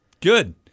Good